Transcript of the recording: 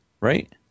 right